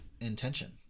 intention